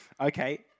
Okay